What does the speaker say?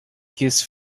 kiss